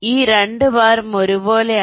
ഈ 2 ഭാരം 1 പോലെയാണ്